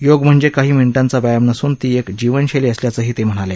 योग म्हणजे काही मिनीटांचा व्यायाम नसून ती एक जीवनशैली असल्याचंही ते म्हणाले